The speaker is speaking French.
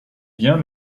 bien